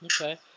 Okay